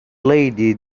lady